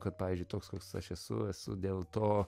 kad pavyzdžiui toks koks aš esu esu dėl to